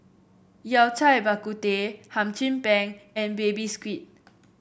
Yao Cai Bak Kut Teh Hum Chim Peng and Baby Squid